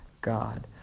God